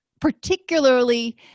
particularly